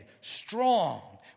strong